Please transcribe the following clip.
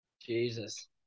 Jesus